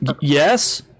yes